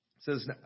says